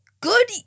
Good